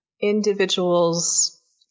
individuals